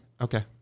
Okay